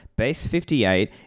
Base58